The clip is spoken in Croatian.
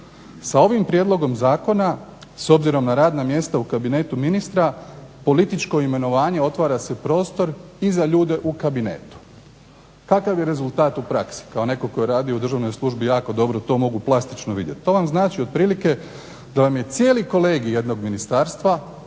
Sa ovim prijedlogom zakona s obzirom na radna mjesta u kabinetu ministra političko imenovanje otvara se prostor i za ljude u kabinetu. Kakav je rezultat u praksi kao netko tko je radi u državnoj službi jako dobro to mogu plastično vidjeti. To vam znači otprilike da vam je cijeli kolegij jednog ministarstva